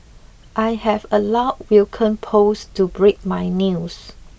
I have allowed Vulcan post to break my news